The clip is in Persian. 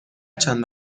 چند